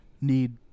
need